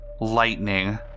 lightning